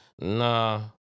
Nah